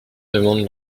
demande